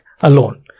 alone